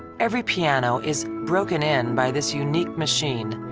every piano is broken in by this unique machine.